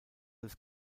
des